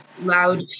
loud